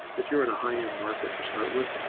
if you're in a high end market to start with,